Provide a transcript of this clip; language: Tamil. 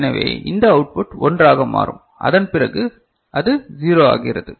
எனவே இந்த அவுட் புட் 1 ஆக மாறும் அதன் பிறகு அது 0 ஆகிறது